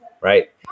right